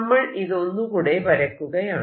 നമ്മൾ ഇത് ഒന്നുകൂടെ വരയ്ക്കുകയാണ്